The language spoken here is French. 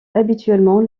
habituellement